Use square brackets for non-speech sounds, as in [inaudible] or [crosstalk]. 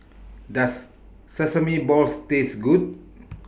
[noise] Does Sesame Balls Taste Good [noise]